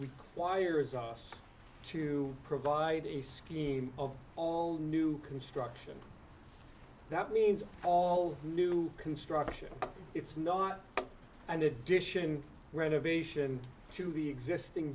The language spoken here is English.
requires us to provide a scheme of all new construction that means all new construction it's not an addition renovation to the existing